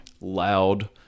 loud